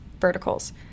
verticals